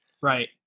right